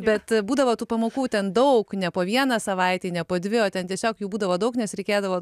bet būdavo tų pamokų ten daug ne po vieną savaitėj ne po dvi o ten tiesiog jų būdavo daug nes reikėdavo